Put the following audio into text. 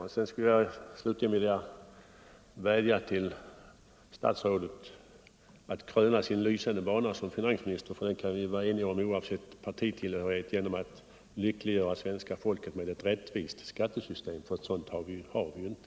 Slutligen skulle jag vilja vädja till statsrådet att kröna sin lysande bana som finansminister — det omdömet kan vi vara eniga om oavsett partitillhörighet — genom att lyckliggöra svenska folket med ett rättvist skattesystem, för ett sådant har vi inte.